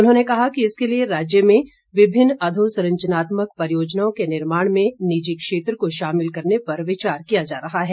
उन्होंने कहा कि इसके लिये राज्य में विभिन्न अधोसंरचनात्मक परियोजनाओं के निर्माण में निजी क्षेत्र को शामिल करने पर विचार किया जा रहा है